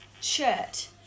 shirt